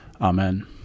Amen